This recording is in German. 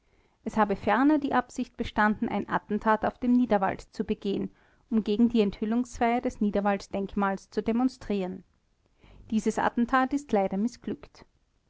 es hat ferner die absicht bestanden ein attentat auf dem niederwald zu begehen um gegen die enthüllungsfeier des niederwalddenkmals zu demonstrieren dieses attentat ist leider mißglückt